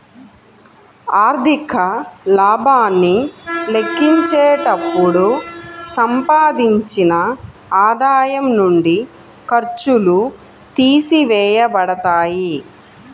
ఆర్థిక లాభాన్ని లెక్కించేటప్పుడు సంపాదించిన ఆదాయం నుండి ఖర్చులు తీసివేయబడతాయి